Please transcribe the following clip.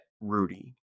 Rudy